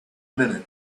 minute